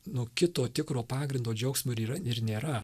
nuo kito tikro pagrindo džiaugsmo ir yra ir nėra